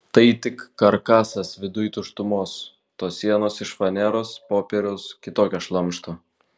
tai tik karkasas viduj tuštumos tos sienos iš faneros popieriaus kitokio šlamšto